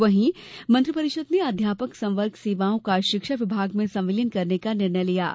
वहीं मंत्रिपरिषद ने अध्यापक संवर्ग सेवाओं का शिक्षा विभाग में संविलियन करने का निर्णय लिया है